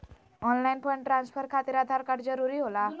Online fund transfer खातिर Aadhaar card जरूरी होला?